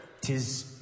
Tis